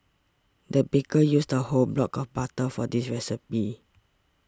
the baker used a whole block of butter for this recipe